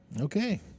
Okay